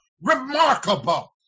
remarkable